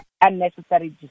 unnecessary